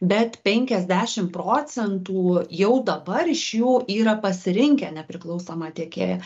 bet penkiasdešim procentų jau dabar iš jų yra pasirinkę nepriklausomą tiekėją